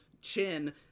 chin